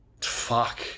fuck